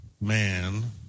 man